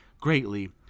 greatly